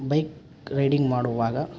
bike riding ಮಾಡುವಾಗ